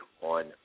on